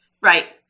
Right